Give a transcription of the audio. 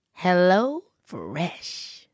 HelloFresh